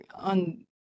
on